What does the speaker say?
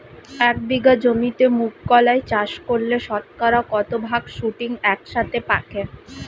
এক বিঘা জমিতে মুঘ কলাই চাষ করলে শতকরা কত ভাগ শুটিং একসাথে পাকে?